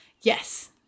yes